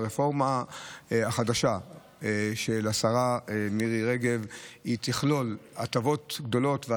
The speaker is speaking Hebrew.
הרפורמה החדשה של השרה מירי רגב תכלול הטבות גדולות לפריפריה,